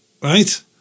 right